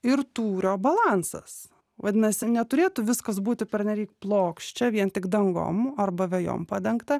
ir tūrio balansas vadinasi neturėtų viskas būti pernelyg plokščia vien tik dangom arba vejom padengta